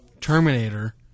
Terminator